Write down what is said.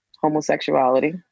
homosexuality